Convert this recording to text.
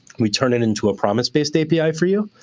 we turn it into a promise-based api for you.